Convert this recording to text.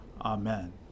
Amen